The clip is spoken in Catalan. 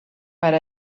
per